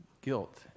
Guilt